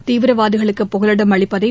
தீவிரவாதிகளுக்கு புகலிடம் அளிப்பதை